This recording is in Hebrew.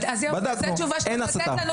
אין הסטה.